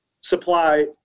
supply